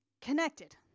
connected